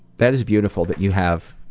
that is beautiful that you have,